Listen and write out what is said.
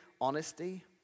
honesty